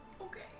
Okay